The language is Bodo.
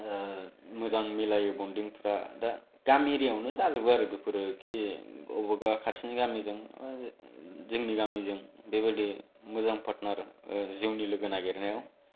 मोजां मिलायो बन्दिंफ्रा गामि एरियाआवनो जायोबो बेफोर खि अबावबा खाथिनि गामिजों जोंनि गामिजों बेबादि मोजां पार्टनार जिउनि लोगो नागिरनायाव